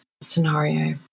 scenario